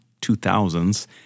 2000s